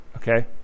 Okay